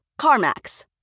CarMax